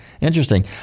Interesting